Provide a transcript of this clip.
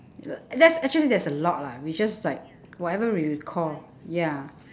that's actually that's a lot lah we just like whatever we recall ya